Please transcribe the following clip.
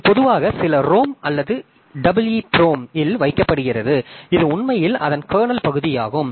இது பொதுவாக சில ROM அல்லது EEPROM இல் வைக்கப்படுகிறது அது உண்மையில் அதன் கர்னல் பகுதியாகும்